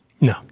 No